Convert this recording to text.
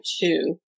two